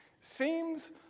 Seems